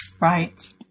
Right